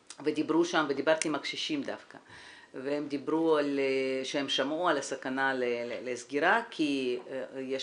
דיברתי עם הקשישים והם אמרו שהם שמעו על הסכנה לסגירה כי יש